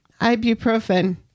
ibuprofen